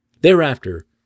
Thereafter